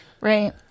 Right